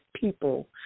people